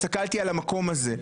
הסתכלתי על המקום הזה,